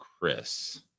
Chris